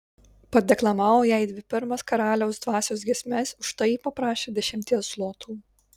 padeklamavo jai dvi pirmas karaliaus dvasios giesmes už tai ji paprašė dešimties zlotų